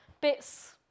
bits